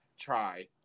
Try